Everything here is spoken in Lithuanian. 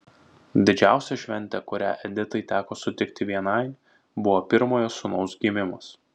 didžiausia šventė kurią editai teko sutikti vienai buvo pirmojo sūnaus gimimas